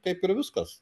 kaip ir viskas